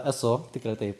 esu tikrai taip